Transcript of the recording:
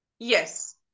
Yes